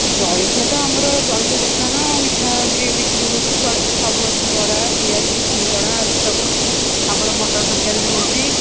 ଜଳଖିଆ ତ ଆମର ଜଳଖିଆ ଦୋକାନ ମିଠା ବି ବିକ୍ରି ହେଉଛି ଜଳଖିଆରେ ସବୁ ଅଛି ବରା ପିଆଜି ସିଙ୍ଗଡ଼ା ଆଳୁଚପ୍ ଆମର ମଟର ତରକାରୀ ବି ହେଉଛି